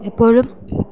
എപ്പോഴും